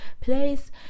place